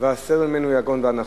והסר ממנו יגון ואנחה".